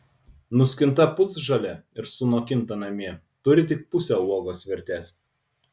nuskinta pusžalė ir sunokinta namie turi tik pusę uogos vertės